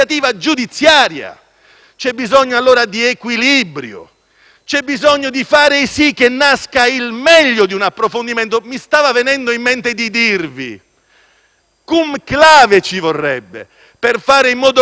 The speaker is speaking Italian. C'è bisogno allora di equilibrio. C'è bisogno di fare sì che nasca il meglio di un approfondimento. Mi stava venendo in mente di dirvi: "*cum clave*" ci vorrebbe, per fare in modo che non si sbagli;